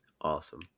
Awesome